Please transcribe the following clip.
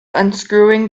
unscrewing